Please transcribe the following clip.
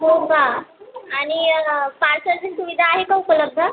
हो का आणि पार्सलची सुविधा आहे का उपलब्ध